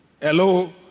hello